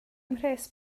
mhres